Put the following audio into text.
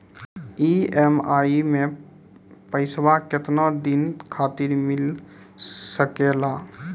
EMI मैं पैसवा केतना दिन खातिर मिल सके ला?